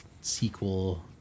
Sequel